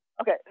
Okay